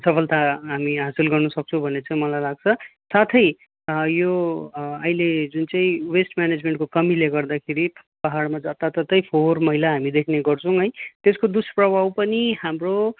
सफलता हामी हासिल गर्न सक्छौँ भन्ने चाहिँ मलाई लाग्छ साथै यो अहिले जुन चाहिँ वेस्ट म्यानेजमेन्टको कमिले गर्दाखेरि पाहाडमा जताततै फोहर मैला हामी देख्ने गर्छौँ है त्यसको दूषप्रभाव पनि हाम्रो